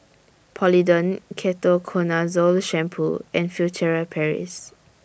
Polident Ketoconazole Shampoo and Furtere Paris